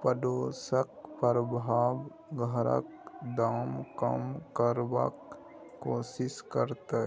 पडोसक प्रभाव घरक दाम कम करबाक कोशिश करते